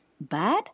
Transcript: bad